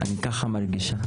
אני ככה מרגישה.